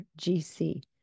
GC